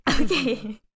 okay